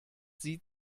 sie